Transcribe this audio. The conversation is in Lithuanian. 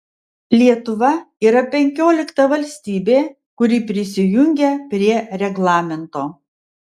lietuva yra penkiolikta valstybė kuri prisijungia prie reglamento